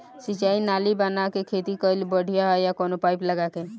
सिंचाई नाली बना के खेती कईल बढ़िया ह या कवनो पाइप लगा के?